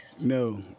No